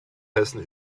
hessen